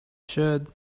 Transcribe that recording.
should